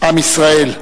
עם ישראל,